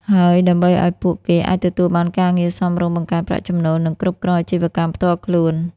ហើយដើម្បីឱ្យពួកគេអាចទទួលបានការងារសមរម្យ បង្កើនប្រាក់ចំណូល និងគ្រប់គ្រងអាជីវកម្មផ្ទាល់ខ្លួន។